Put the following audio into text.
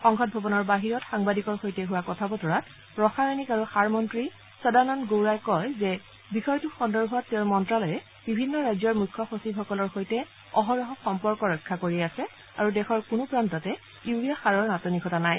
সংসদ ভৱনৰ বাহিৰত সাংবাদিকৰ সৈতে হোৱা কথা বতৰাত ৰসায়নিক আৰু সাৰ মন্নী সদানন্দ গৌড়াই কয় যে বিষয়টো সন্দৰ্ভত তেওঁৰ মন্ত্ৰালয়ে বিভিন্ন ৰাজ্যৰ মুখ্য সচিবসকলৰ সৈতে অহৰহ সম্পৰ্ক ৰক্ষা কৰি আছে আৰু দেশৰ কোনো প্ৰান্ততে ইউৰিয়া সাৰৰ নাটনি ঘটা নাই